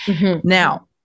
Now